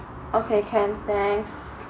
okay can thanks